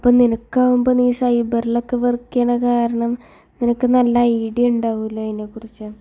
അപ്പോൾ നിനക്കാവുമ്പോൾ നീ സൈബറിൽലൊക്കെ വർക്ക് ചെയ്യണ കാരണം നിനക്ക് നല്ല ഐഡിയ ഉണ്ടാവില്ലെ അതിനെ കുറിച്ച്